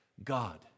God